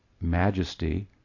majesty